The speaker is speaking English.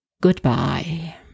Goodbye